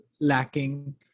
lacking